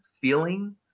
feeling